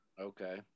Okay